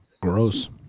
Gross